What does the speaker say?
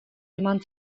eman